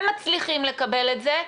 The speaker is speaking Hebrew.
הם מצליחים לקבל את זה,